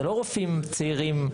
זה לא רופאים צעירים,